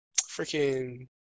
freaking